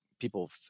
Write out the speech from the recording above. people